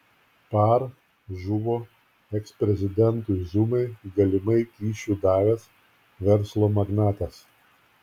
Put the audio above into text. par žuvo eksprezidentui zumai galimai kyšių davęs verslo magnatas